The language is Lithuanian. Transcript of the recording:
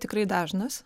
tikrai dažnas